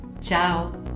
Ciao